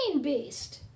beast